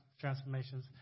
transformations